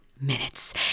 minutes